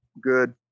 good